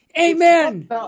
Amen